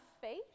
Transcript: faith